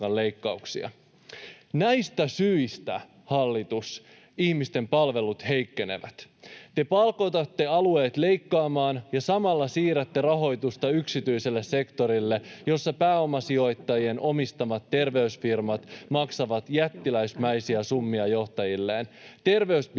Näistä syistä, hallitus, ihmisten palvelut heikkenevät. Te pakotatte alueet leikkaamaan ja samalla siirrätte rahoitusta yksityiselle sektorille, jossa pääomasijoittajien omistamat terveysfirmat maksavat jättiläismäisiä summia johtajilleen.